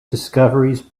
discoveries